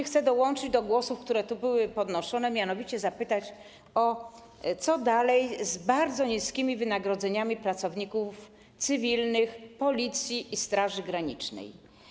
Chcę dołączyć do głosów, które tu były podnoszone, mianowicie zapytać, co dalej z bardzo niskimi wynagrodzeniami pracowników cywilnych Policji i Straży Granicznej.